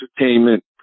entertainment